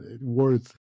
worth